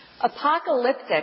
apocalyptic